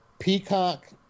Peacock